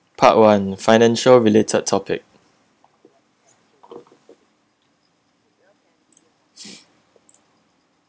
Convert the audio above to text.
part one financial related topic